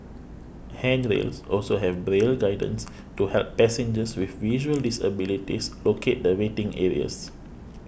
handrails also have Braille guidance to help passengers with visual disabilities locate the waiting areas